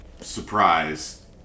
surprise